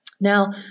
Now